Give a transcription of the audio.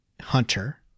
Hunter